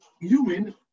human